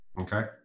Okay